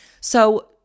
So-